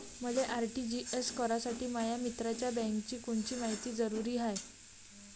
मले आर.टी.जी.एस करासाठी माया मित्राच्या बँकेची कोनची मायती जरुरी हाय?